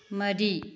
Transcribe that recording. ꯃꯔꯤ